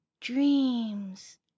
Dreams